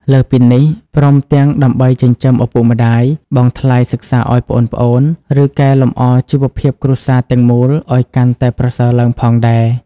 លើសពីនេះ ព្រមទាំងដើម្បីចិញ្ចឹមឪពុកម្តាយ បង់ថ្លៃសិក្សាឱ្យប្អូនៗ ឬកែលម្អជីវភាពគ្រួសារទាំងមូលឱ្យកាន់តែប្រសើរឡើងផងដែរ។